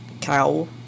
cow